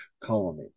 colony